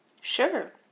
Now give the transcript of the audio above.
Sure